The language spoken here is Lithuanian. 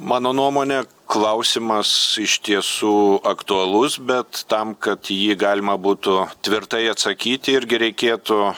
mano nuomone klausimas iš tiesų aktualus bet tam kad į jį galima būtų tvirtai atsakyti irgi reikėtų